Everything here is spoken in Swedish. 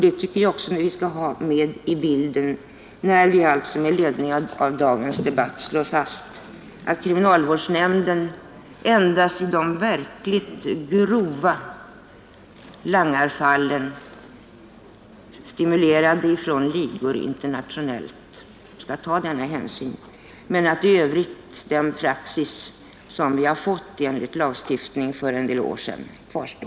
Det tycker jag också att vi skall ha med i bilden, när vi med ledning av dagens debatt slår fast att kriminalvårdsnämnden endast i de verkligt grova langarfallen, stimulerade från ligor internationellt, skall ta denna hänsyn men att i övrigt den praxis som vi har fått enligt lagstiftningen för en del år sedan skall kvarstå.